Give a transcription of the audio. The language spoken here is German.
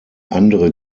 andere